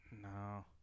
No